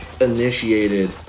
initiated